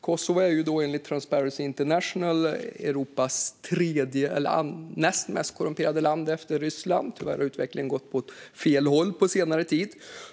Kosovo är enligt Transparency International Europas näst mest korrumperade land efter Ryssland, och tyvärr har utvecklingen gått åt fel håll på senare tid.